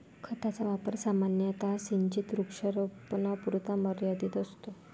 खताचा वापर सामान्यतः सिंचित वृक्षारोपणापुरता मर्यादित असतो